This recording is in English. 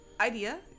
idea